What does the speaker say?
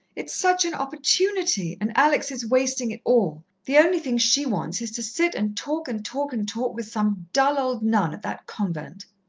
it's such an opportunity, and alex is wasting it all! the only thing she wants is to sit and talk and talk and talk with some dull old nun at that convent!